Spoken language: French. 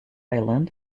island